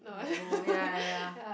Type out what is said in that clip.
narrow ya ya ya